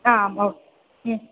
आम् ह्म् हु